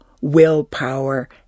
willpower